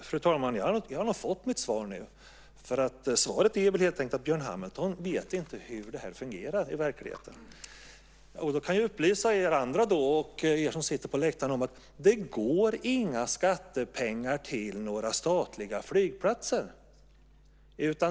Fru talman! Jag har nog fått mitt svar. Svaret är helt enkelt att Björn Hamilton inte vet hur det här fungerar i verkligheten. Jag kan upplysa er andra och er som sitter på läktaren om att det inte går några skattepengar till statliga flygplatser.